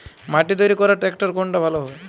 মাটি তৈরি করার ট্রাক্টর কোনটা ভালো হবে?